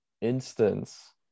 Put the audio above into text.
instance